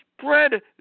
spread